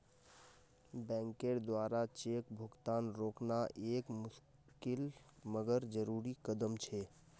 बैंकेर द्वारा चेक भुगतान रोकना एक मुशिकल मगर जरुरी कदम छे